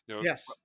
Yes